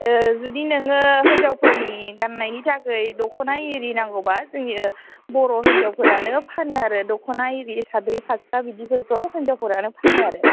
जुदि नोङो हिनजावफोरनि गाननायनि थाखाय दख'ना आरि नांगौबा जोंनि बर' हिनजावफोरानो फानो आरो दख'ना आरि साद्रि फास्रा बिदिफोरखौ हिनजावफोरानो फानो आरो